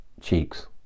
cheeks